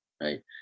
right